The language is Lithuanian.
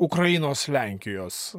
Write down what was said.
ukrainos lenkijos